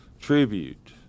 tribute